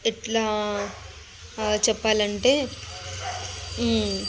ఎట్లా చెప్పాలంటే